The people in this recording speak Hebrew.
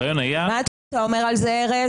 מה אתה אומר על זה, ארז?